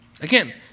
Again